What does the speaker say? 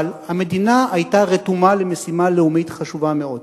אבל המדינה היתה רתומה למשימה לאומית חשובה מאוד,